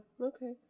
okay